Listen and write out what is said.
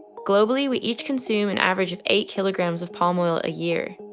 globally we each consume an average of eight kilograms of palm oil a year.